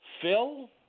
Phil